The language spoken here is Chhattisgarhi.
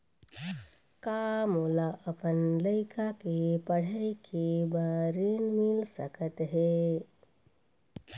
का मोला अपन लइका के पढ़ई के बर ऋण मिल सकत हे?